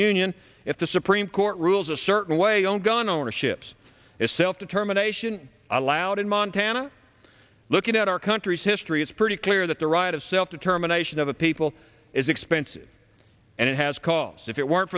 union if the supreme court rules a certain way on gun ownership is self determination allowed in montana looking at our country's history it's pretty clear that the right of self determination of a people is expensive and it has costs if it weren't